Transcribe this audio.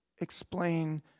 explain